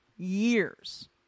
Years